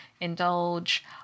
Indulge